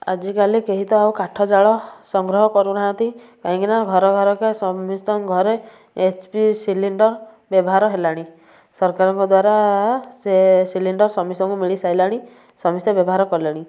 ଆଜିକାଲି କେହି ତ ଆଉ କାଠ ଜାଳ ସଂଗ୍ରହ କରୁନାହାନ୍ତି କାହିଁକିନା ଘର ଘରକେ ସମସ୍ତିଙ୍କ ଘରେ ଏଚ୍ ପି ସିଲିଣ୍ଡର୍ ବ୍ୟବହାର ହେଲାଣି ସରକାରଙ୍କ ଦ୍ୱାରା ସେ ସିଲିଣ୍ଡର୍ ସମସ୍ତକୁ ମିଳିସାରିଲାଣି ସମସ୍ତେ ବ୍ୟବହାର କଲେଣି